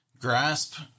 grasp